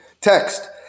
text